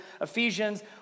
Ephesians